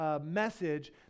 message